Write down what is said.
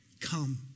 come